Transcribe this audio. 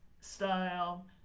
style